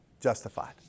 justified